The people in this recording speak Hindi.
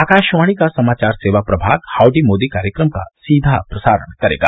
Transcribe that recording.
आकाशवाणी का समाचार सेवा प्रभाग हाउंडी मोदी कार्यक्रम का सीधा प्रसारण करेगा